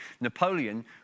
Napoleon